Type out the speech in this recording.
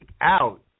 out